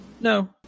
No